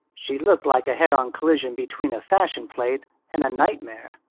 she looked like a head-on collision between a fashion plate and a nightmare.